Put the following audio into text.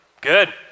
good